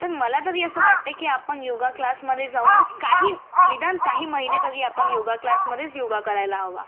तर मला तरी असं वाटते की आपण योगा क्लासमध्ये जाऊनच काही निदान काही महिने तरी योगा क्लासमध्येच योगा करायला हवा